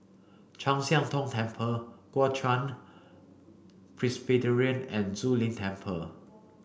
Chu Siang Tong Temple Kuo Chuan Presbyterian and Zu Lin Temple